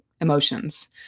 emotions